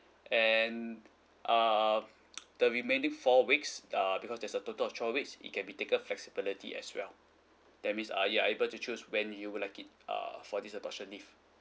and um the remaining four weeks err because there's a total of twelve weeks it can be taken flexibility as well that means uh you are able to choose when you would like it uh for this adoption leave